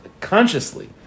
consciously